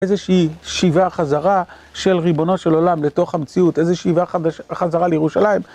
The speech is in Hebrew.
איזושהי שיבה חזרה של ריבונו של עולם לתוך המציאות, איזה שיבה חזרה לירושלים.